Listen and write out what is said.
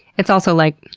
it's also like,